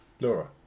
Laura